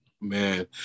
Man